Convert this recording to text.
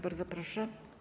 Bardzo proszę.